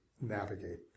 navigate